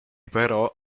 però